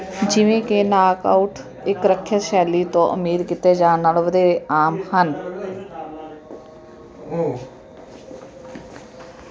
ਜਿਵੇਂ ਕਿ ਨਾਕਆਉਟ ਇੱਕ ਰੱਖਿਅਕ ਸ਼ੈਲੀ ਤੋਂ ਉਮੀਦ ਕੀਤੇ ਜਾਣ ਨਾਲੋਂ ਵਧੇਰੇ ਆਮ ਹਨ